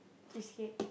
cheesecake